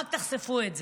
רק תחשפו את זה.